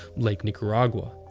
lake nicaragua.